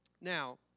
Now